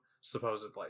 supposedly